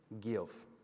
Give